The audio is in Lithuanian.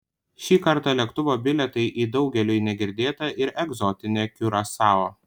šį kartą lėktuvo bilietai į daugeliui negirdėtą ir egzotinę kiurasao